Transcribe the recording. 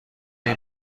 این